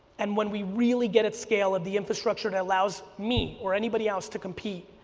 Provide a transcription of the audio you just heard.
and when we really get at scale of the infrastructure that allows me or anybody else to compete,